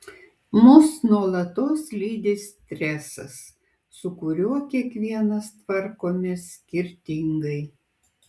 mus nuolatos lydi stresas su kuriuo kiekvienas tvarkomės skirtingai